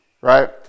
right